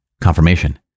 confirmation